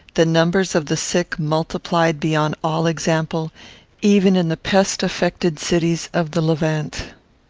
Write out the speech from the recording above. the numbers of the sick multiplied beyond all example even in the pest-affected cities of the levant.